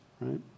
right